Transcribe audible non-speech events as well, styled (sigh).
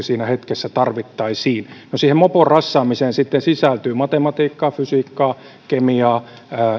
(unintelligible) siinä hetkessä tarvittaisiin no siihen mopon rassaamiseen sitten sisältyy matematiikkaa fysiikkaa kemiaa